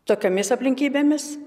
tokiomis aplinkybėmis